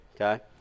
okay